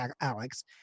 Alex